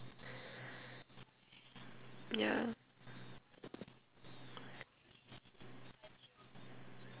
ya